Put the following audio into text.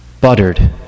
buttered